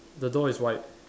the door is white